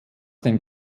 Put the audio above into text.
den